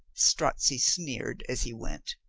strozzi sneered as he went.